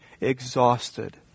exhausted